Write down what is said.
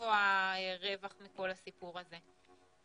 איפה הרווח מכל הסיפור הזה.